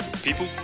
people